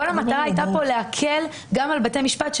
כל המטרה הייתה להקל על בתי המשפט.